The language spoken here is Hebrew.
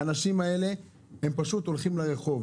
האנשים האלה פשוט הולכים לרחוב.